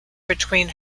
between